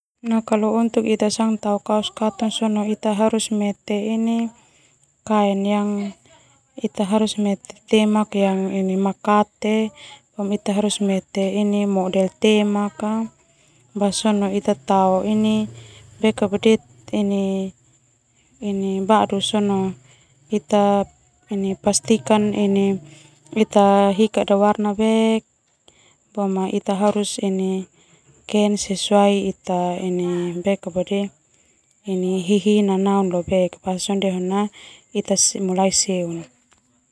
Mete temak makate model temak tao badu sona pastikan ita hika warna bek ken sesuai ita hihi nanau.